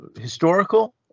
historical